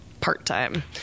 part-time